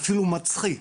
אפילו מצחיק.